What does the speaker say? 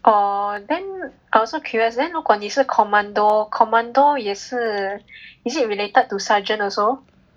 oh then I also curious then 如果你是 commando commando 也是 is it related to sergeant also